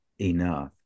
enough